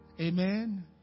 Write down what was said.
Amen